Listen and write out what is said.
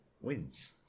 wins